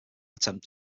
attempt